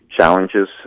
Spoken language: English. challenges